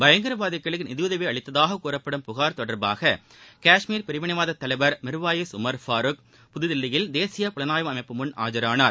பயங்கரவாதிகளுக்கு நிதியுதவி அளித்ததாக கூறப்படும் புகார் தொடர்பாக கஷ்மீர் பிரிவினைவாத தலைவர் மிர்வாயிஸ் உமர் பாருக் புதுதில்லியில் தேசிய புலனாய்வு அமைப்பு முன் ஆஜானார்